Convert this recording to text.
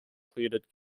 pleaded